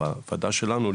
בוועדה שלנו,